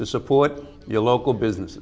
to support your local businesses